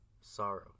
sorrow